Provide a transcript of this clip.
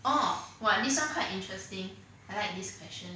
oh what this one quite interesting I like this question